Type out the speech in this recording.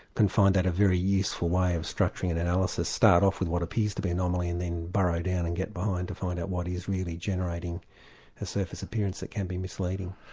can find that a very useful way of structuring an analysis start off with what appears to be anomaly and then burrow down and get behind to find out what is really generating a surface appearance that can be misleading.